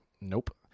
nope